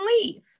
leave